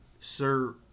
Sir